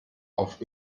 auf